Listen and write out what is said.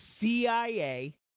CIA